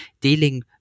dealing